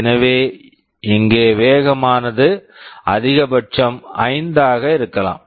எனவே இங்கே வேகமானது அதிகபட்சம் 5 ஆக இருக்கலாம்